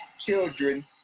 children